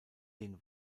den